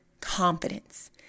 Confidence